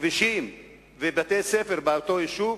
כבישים ובתי-ספר שם?